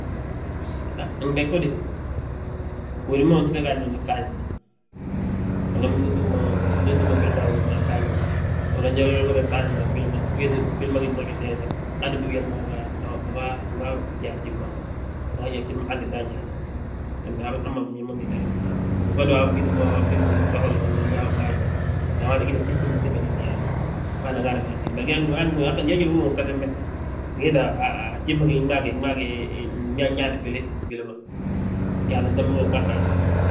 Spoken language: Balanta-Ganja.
gdag ge de, wédi ma nto gaaji ma ngi fŧafñi ma, unan bitúm mo, ndu túm mo gwili ma a wédi ma a fŧafñi ma. Unan unan yogoryogora fŧafñi ma a gwili ma, wéeti bwili ma gí mmoñe desa. Hande umbi biyal mo nga gyaa, uga gyaa a gjif ma, han gi dan ñaana. Wembe hamma biñaŋ ma ngi dagantu mo hando. Mbo fondi waabo, waabo bigi mbo ngi ta golla go gini biyaa bo, biga agyaa. Mee awaati we wina gjif gsoli gommu gti ngi yaa mo; Bâana gaadi masin, njaloo njal wi gí mo ngi fta fembe, a gjif ma gi, gmaa gi, nñaani gwili bwili gwili ma, gyaaŧin sembi ma gmaa gaaji ma.